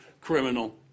criminal